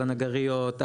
על הנגריות,